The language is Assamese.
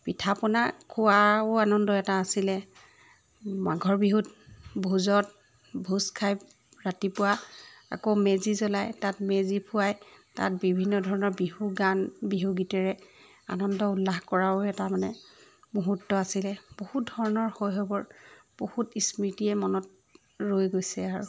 পিঠা পনা খোৱাও এটা আনন্দ আছিলে মাঘৰ বিহুত ভোজত ভোজ খাই ৰাতিপুৱা আকৌ মেজি জ্বলাই তাত মেজি পুৱাই তাত বিভিন্ন ধৰণৰ বিহু গান বিহু গীতেৰে আনন্দ উল্লাহ কৰাও এটা মানে মূহুৰ্ত আছিলে বহুধৰনৰ শৈশৱৰ বহুত স্মৃতিয়ে মনত ৰৈ গৈছে আৰু